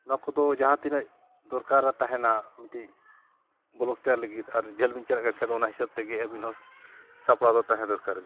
ᱱᱚᱣᱟ ᱠᱚᱫᱚ ᱡᱟᱦᱟᱸ ᱛᱤᱱᱟᱹᱜ ᱫᱚᱨᱠᱟᱨ ᱨᱮ ᱛᱟᱦᱮᱱᱟ ᱢᱤᱫᱴᱤᱡ ᱵᱞᱚᱜᱽ ᱛᱮᱭᱟᱨ ᱞᱟᱹᱜᱤᱫ ᱟᱨ ᱡᱷᱟᱹᱞ ᱵᱤᱱ ᱪᱟᱞᱟᱜ ᱠᱟᱱ ᱠᱷᱟᱡ ᱚᱱᱟ ᱦᱤᱥᱟᱹᱵᱽ ᱛᱮᱜᱮ ᱟᱹᱵᱤᱱ ᱦᱚᱸ ᱥᱟᱯᱲᱟᱣ ᱫᱚ ᱛᱟᱦᱮᱸ ᱫᱚᱨᱠᱟᱨ ᱜᱮ